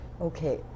Okay